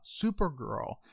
Supergirl